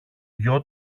γιο